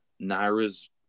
Naira's